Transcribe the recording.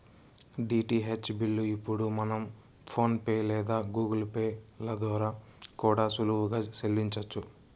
DTH bill ఇప్పుడు మనం PhonePe లేదా గూగుల్ పే ల ద్వారా కూడా సులువుగా సెల్లించొచ్చు